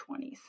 20s